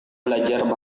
belajar